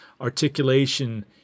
articulation